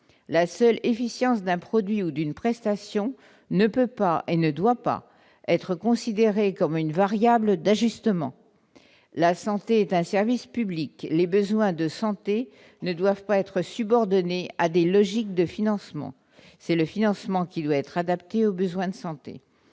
La seule efficience d'un produit ou d'une prestation ne peut pas, et ne doit pas, être considérée comme une variable d'ajustement. La santé est un service public. Les besoins de santé ne doivent pas être subordonnés à des logiques de financement. Au contraire, c'est le financement qui doit être adapté aux besoins de santé.